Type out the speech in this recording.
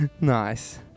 Nice